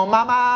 Mama